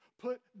put